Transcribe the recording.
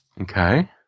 Okay